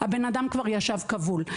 האדם כבר ישב כבול.